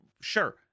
Sure